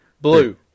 Blue